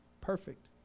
perfect